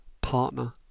partner